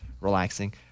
relaxing